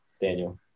daniel